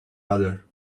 mother